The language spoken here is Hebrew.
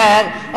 תנו לשר.